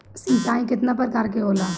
सिंचाई केतना प्रकार के होला?